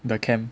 the camp